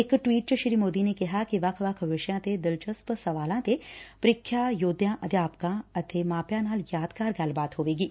ਇਕ ਟਵੀਟ ਚ ਸ੍ਸੀ ਮੋਦੀ ਨੇ ਕਿਹਾ ਕਿ ਵੱਖ ਵੱਖ ਵਿਸ਼ਿਆਂ ਤੇ ਦਿਲਚਸਪ ਸਵਾਲਾਂ ਤੇ ਪ੍ਰੀਖਿਆ ਯੋਧਿਆ ਅਧਿਆਪਕਾਂ ਤੇ ਮਾਪਿਆਂ ਨਾਲ ਯਾਦਗਾਰ ਗੱਲਬਾਤ ਹੋਵੇਗੀ